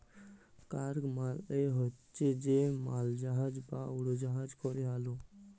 cargo মালে হছে যে মালজাহাজ বা উড়জাহাজে ক্যরে আলে